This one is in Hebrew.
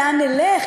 לאן נלך.